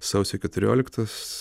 sausio keturioliktos